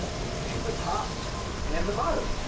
we can see the top and the bottom.